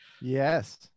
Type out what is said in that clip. yes